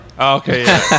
okay